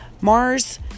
Mars